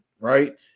right